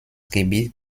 gebiet